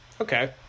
Okay